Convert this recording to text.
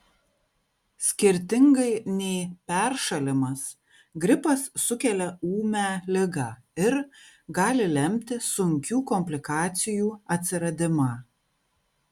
skirtingai nei peršalimas gripas sukelia ūmią ligą ir gali lemti sunkių komplikacijų atsiradimą